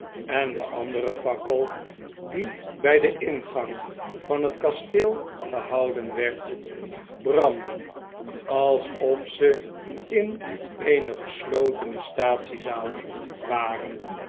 en de andere fakkel die bjj den ingang van het kasteel gehouden werd brandden alsof ze in eene geslotene staatsiezaal waren